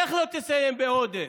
איך לא תסיים בעודף?